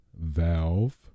Valve